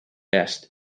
best